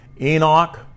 Enoch